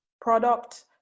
product